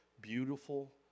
beautiful